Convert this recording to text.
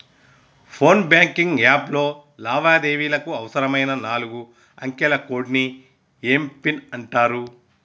phone banking app లో లావాదేవీలకు అవసరమైన నాలుగు అంకెల కోడ్ని ఏం పిన్ అంటారు